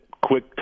quick